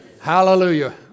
Hallelujah